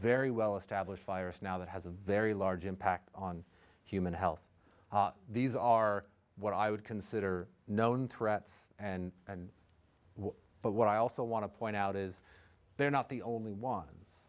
very well established virus now that has a very large impact on human health these are what i would consider known threats and but what i also want to point out is they're not the only ones